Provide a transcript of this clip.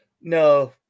No